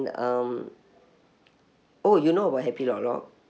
um oh you know about happy lok lok